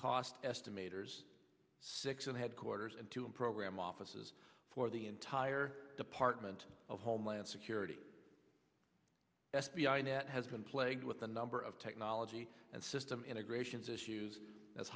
cost estimate hers six and headquarters and two in program offices for the entire department of homeland security f b i net has been plagued with a number of technology and system integrations issues as